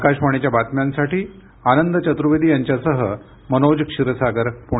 आकाशवाणीच्या बातम्यांसाठी आनंद चतुर्वेदी यांच्यासह मनोज क्षीरसागर पुणे